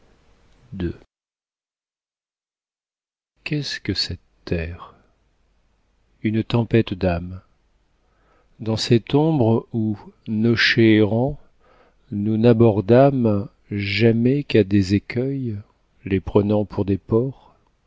qu'est-ce que cette terre une tempête d'âmes dans cette ombre où nochers errants nous n'abordâmes jamais qu'à des écueils les prenant pour des ports